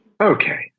Okay